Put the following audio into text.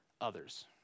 others